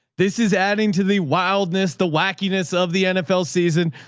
this is adding to the wildness, the wackiness of the nfl season.